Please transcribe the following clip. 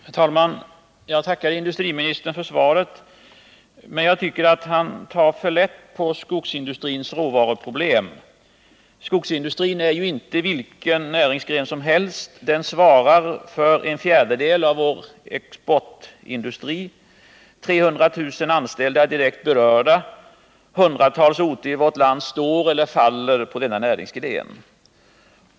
Herr talman! Jag tackar industriministern för svaret, men jag tycker att han tar för lätt på skogsindustrins råvaruproblem. Skogsindustrin är ju inte vilken näringsgren som helst. Den svarar för en fjärdedel av vår export. 300 000 anställda är direkt berörda. Hundratals orter i vårt land står eller faller med denna näringsgren.